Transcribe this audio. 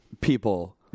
people